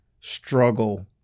struggle